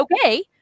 okay